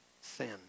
sin